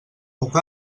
puc